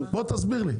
תסביר לי.